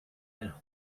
and